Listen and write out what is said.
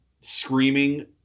screaming